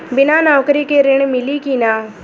बिना नौकरी के ऋण मिली कि ना?